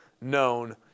known